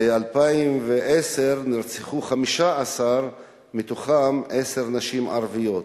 ב-2010 נרצחו 15 נשים, מהן עשר ערביות,